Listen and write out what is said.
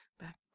back